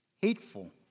hateful